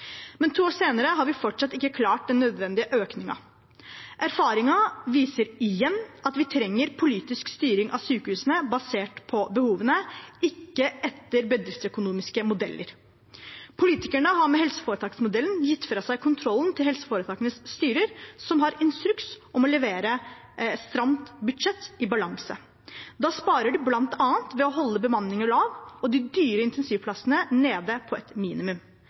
men to år senere har vi fortsatt ikke klart den nødvendige økningen. Erfaringen viser igjen at vi trenger politisk styring av sykehusene basert på behovene, ikke etter bedriftsøkonomiske modeller. Politikerne har med helseforetaksmodellen gitt fra seg kontrollen over helseforetakenes styrer, som har instruks om å levere et stramt budsjett i balanse. Da sparer de bl.a. ved å holde bemanningen lav og de dyre intensivplassene nede på et minimum.